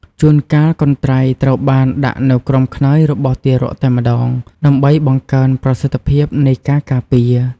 ជួនកាល កន្ត្រៃត្រូវបានដាក់នៅក្រោមខ្នើយរបស់ទារកតែម្តង ដើម្បីបង្កើនប្រសិទ្ធភាពនៃការការពារ។